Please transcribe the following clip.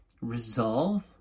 resolve